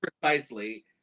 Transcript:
Precisely